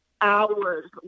hours